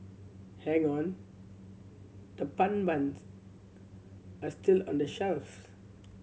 hang on the pun buns are still on the shelves